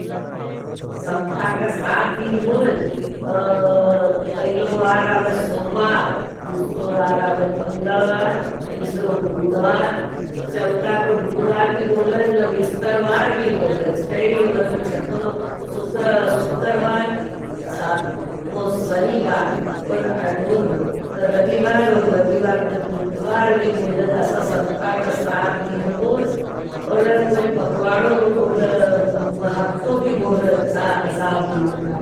सप्ता का साथ दिन होज, तोह पहलो वार आवज सुम्मार, दूसरो वार आवज मंगलवार, तीसरो बूदवार, चवथा का गुरुवार भी बोलज। नविष्टरवार भी बोलज, खई और छटो सुक्रवार, साथमो सनिवार, और अठोर रवीवार और रवीवार का दितवार भी बोलज। असा सप्ता का साथ दिन होज, और कोई पक्वाडो का हब्तो भी बोलज, साथ दिन का।